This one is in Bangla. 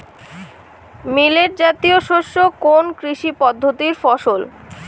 মিলেট জাতীয় শস্য কোন কৃষি পদ্ধতির ফসল?